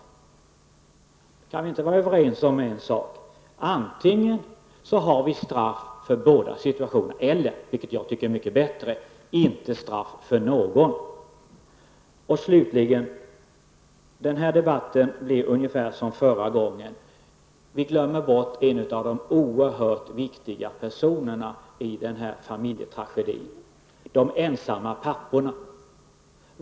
Vi borde kunna vara överens om en sak: antingen skall det finnas straff för båda situationerna eller -- vilket jag tycker är mycket bättre -- inte straff för någon av dem. Denna debatt blev ungefär som den vi hade förra gången. Vi glömmer bort några av de oerhört viktiga personerna i den här familjetragedin, nämligen de ensamma papporna.